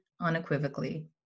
unequivocally